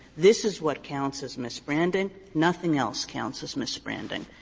this is what counts as misbranding, nothing else counts as misbranding.